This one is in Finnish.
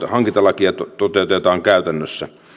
hankintalakia toteutetaan käytännössä